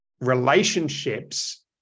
relationships